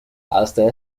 hasta